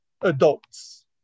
adults